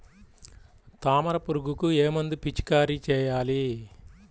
తామర పురుగుకు ఏ మందు పిచికారీ చేయాలి?